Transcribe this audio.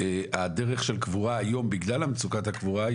הדרך של קבורה היום בגלל מצוקת הקבורה,